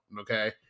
okay